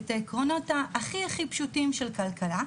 את העקרונות הכי פשוטים של כלכלה,